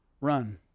run